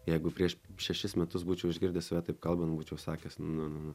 jeigu prieš šešis metus būčiau išgirdęs save taip kalbant būčiau sakęs nu nu